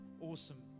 Awesome